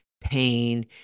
pain